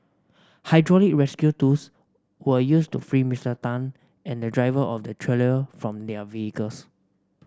hydraulic rescue tools were used to free Mister Tan and the driver of the trailer from their vehicles